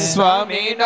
Swami